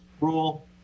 rule